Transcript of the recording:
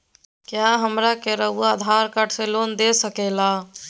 क्या हमरा के रहुआ आधार कार्ड से लोन दे सकेला?